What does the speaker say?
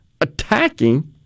attacking